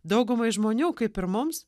daugumai žmonių kaip ir mums